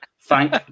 thank